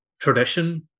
tradition